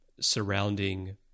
surrounding